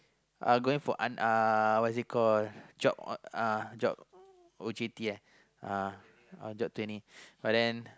I'll going for uh what is it called job uh job O_J_T uh job training but then